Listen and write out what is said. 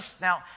now